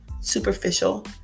Superficial